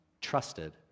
trusted